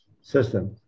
system